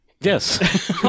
Yes